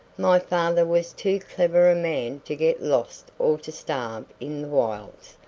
my father was too clever a man to get lost or to starve in the wilds,